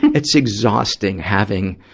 it's exhausting having,